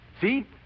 See